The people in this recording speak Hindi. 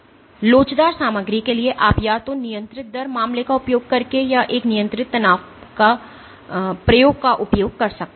तो लोचदार सामग्री के लिए आप या तो नियंत्रित दर मामले का उपयोग करके या एक नियंत्रण तनाव प्रयोग का उपयोग कर सकते हैं